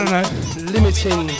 limiting